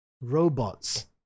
Robots